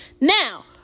now